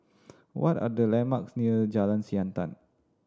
what are the landmarks near Jalan Siantan